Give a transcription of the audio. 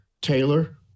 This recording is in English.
Taylor